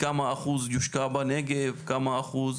כמה אחוז יושקע בנגב, כמה אחוז